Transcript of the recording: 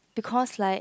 because like